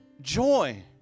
joy